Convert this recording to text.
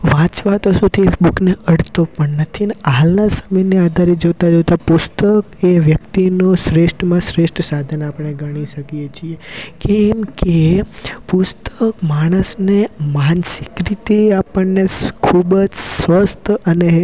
વાંચવા તો સુધી એ બુકને અડતો પણ નથીને હાલના સમયને આધારિત જોતાં જોતાં પુસ્તક એ વ્યક્તિનો શ્રેષ્ઠમાં શ્રેષ્ઠ સાધન આપણે ગણી શકીએ છીએ કે એમ કે પુસ્તક માણસને માનસિક રીતે આપણને ખૂબ જ સ્વસ્થ અને